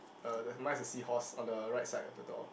uh then mine's a seahorse on the right side of the door